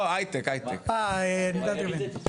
MyHeritage.